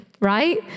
right